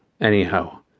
Anyhow